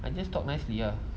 I just talk nicely ah